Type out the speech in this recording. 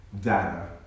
data